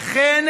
אכן,